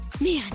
Man